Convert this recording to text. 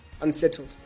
unsettled